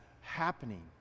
happening